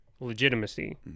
legitimacy